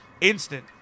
instant